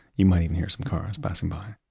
you might even hear some cars passing by.